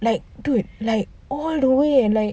like dude like all the way